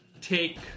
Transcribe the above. take